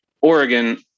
oregon